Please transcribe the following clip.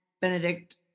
Benedict